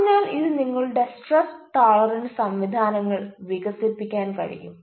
അതിനാൽ ഇത് നിങ്ങളുടെ സ്ട്രെസ് ടോളറൻസ് സംവിധാനങ്ങൾ വികസിപ്പിക്കാൻ സഹായിക്കും